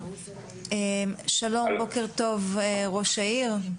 שלום בוקר טוב ראש העיר.